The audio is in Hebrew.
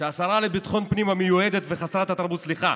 שהשרה לביטחון הפנים המיועדת וחסרת התרבות, סליחה,